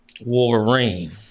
Wolverine